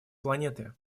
планеты